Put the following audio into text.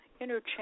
Interchange